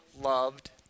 loved